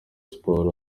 siporo